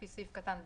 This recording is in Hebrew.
לפי סעיף קטן (ב),